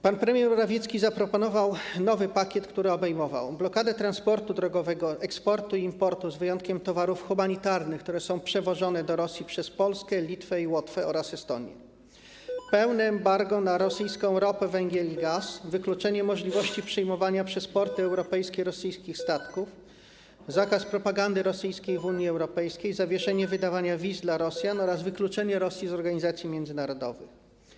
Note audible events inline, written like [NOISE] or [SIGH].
Pan premier Morawiecki zaproponował nowy pakiet, który obejmował: blokadę transportu drogowego, eksportu i importu towarów - z wyjątkiem towarów humanitarnych - które są przewożone do Rosji przez Polskę, Litwę i Łotwę oraz Estonię, [NOISE] pełne embargo na rosyjską ropę, węgiel i gaz, wykluczenie możliwości przyjmowania przez porty europejskie rosyjskich statyków, zakaz propagandy rosyjskiej w Unii Europejskiej, zawieszenie wydawania wiz dla Rosjan oraz wykluczenie Rosji z organizacji międzynarodowych.